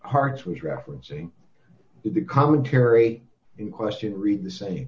hearts was referencing the commentary in question read the same